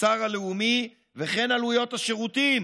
התוצר הלאומי וכן עלויות השירותים.